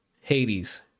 Hades